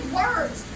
words